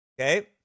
Okay